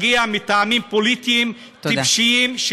אלא מטעמים פוליטיים טיפשיים,